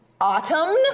Autumn